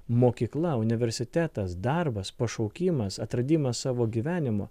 mokykla universitetas darbas pašaukimas atradimas savo gyvenimo